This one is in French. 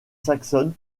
saxonne